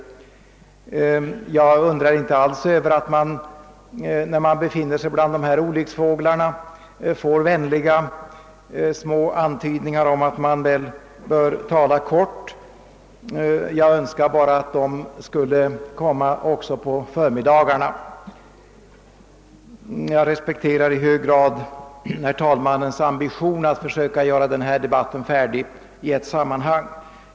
Jag undrar inte alls över att man, när man befinner sig bland dessa olycksfåglar, får vänliga små antydningar om att man bör tala kort; jag önskar bara att de skulle framföras också på förmiddagarna. Jag respekterar i hög grad herr talmannens ambition att försöka slutföra denna debatt i ett sammanhang.